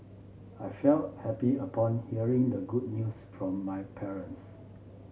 I felt happy upon hearing the good news from my parents